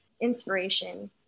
inspiration